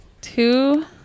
two